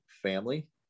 family